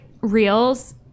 Reels